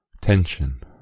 Tension